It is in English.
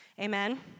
Amen